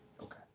Okay